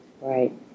Right